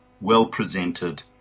well-presented